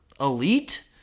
elite